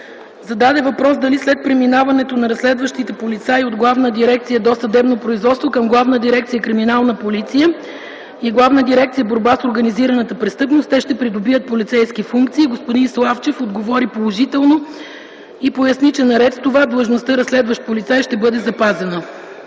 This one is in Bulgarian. зададе въпрос дали след преминаването на разследващите полицаи от Главна дирекция „Досъдебно производство” към Главна дирекция „Криминална полиция” и Главна дирекция „Борба с организираната престъпност” те ще придобият полицейски функции. Господин Славчев отговори положително и поясни, че наред с това длъжността „разследващ полицай” ще бъде запазена.